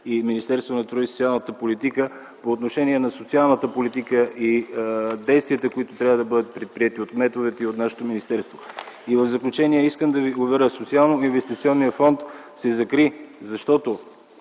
и Министерството на труда и социалната политика по отношение на социалната политика и действията, които трябва да бъдат предприети от кметовете и от нашето министерство. В заключение искам да Ви уверя, че Социалноинвестиционният фонд се закри, защото